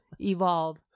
evolve